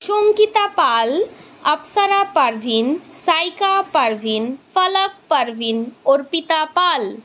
Shankita Pal Apsara Parveen Saika Parveen Falak Parveen Arpita Pal